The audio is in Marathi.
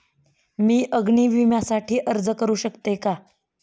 मी अग्नी विम्यासाठी अर्ज करू शकते का?